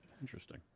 interesting